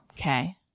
Okay